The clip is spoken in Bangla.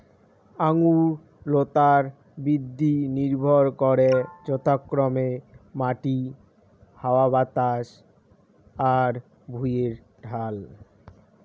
আঙুর লতার বৃদ্ধি নির্ভর করে যথাক্রমে মাটি, হাওয়া বাতাস আর ভুঁইয়ের ঢাল